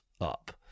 up